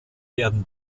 werden